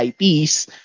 IPs